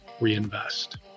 reinvest